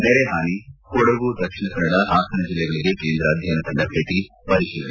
ನೆರೆಹಾನಿ ಕೊಡಗು ದಕ್ಷಿಣ ಕನ್ನಡ ಹಾಸನ ಜಿಲ್ಲೆಗಳಗೆ ಕೇಂದ್ರ ಅಧ್ಯಯನ ತಂಡ ಭೇಟಿ ಪರಿಶೀಲನೆ